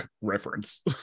reference